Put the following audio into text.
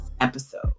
episode